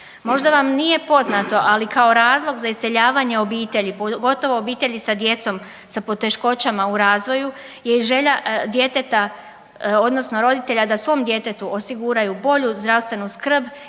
Možda vam nije poznato, ali kao razloga za iseljavanje obitelji pogotovo obitelji sa djecom sa poteškoćama u razvoju je i želja djeteta odnosno roditelja da svom djetetu osiguraju bolju zdravstvenu skrb